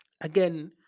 again